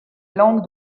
langue